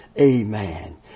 Amen